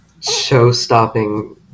show-stopping